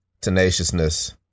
tenaciousness